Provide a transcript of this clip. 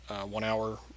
one-hour